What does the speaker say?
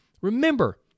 Remember